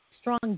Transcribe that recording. strong